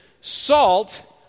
Salt